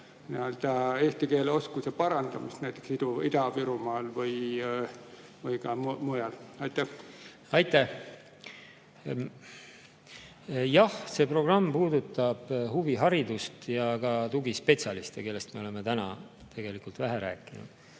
eesti keele oskuse parandamist, näiteks Ida-Virumaal või ka mujal. Aitäh! Jah, see programm puudutab huviharidust ja ka tugispetsialiste, kellest me oleme täna tegelikult vähe rääkinud.